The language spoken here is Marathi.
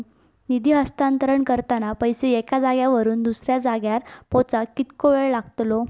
निधी हस्तांतरण करताना पैसे एक्या जाग्यावरून दुसऱ्या जाग्यार पोचाक कितको वेळ लागतलो?